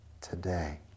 today